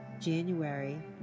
January